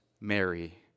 Mary